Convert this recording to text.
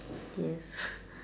yes